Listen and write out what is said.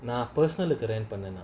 நான்:nan personal பண்ணீனா:pannena